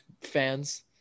fans